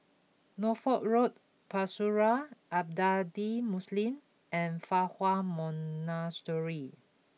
Norfolk Road Pusara Abadi Muslim and Fa Hua Monastery